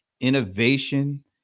innovation